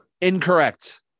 Incorrect